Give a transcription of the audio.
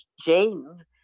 Jane